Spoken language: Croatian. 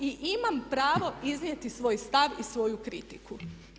I imam pravo iznijeti svoj stav i svoju kritiku.